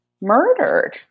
murdered